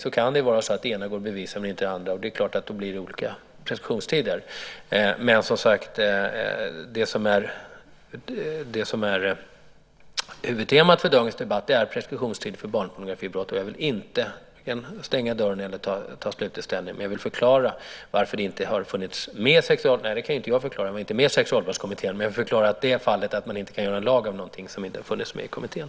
Det kan ju vara så att det ena går att bevisa men inte det andra. Då blir det olika preskriptionstider. Huvudtemat för dagens debatt är preskriptionstider för barnpornografibrott. Jag vill inte stänga dörren eller ta slutlig ställning. Jag vill förklara att man inte kan göra en lag av någonting som inte har funnits med i kommittén.